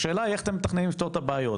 והשאלה איך אתם באים לפתור את הבעיות,